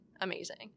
amazing